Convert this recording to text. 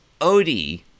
Odie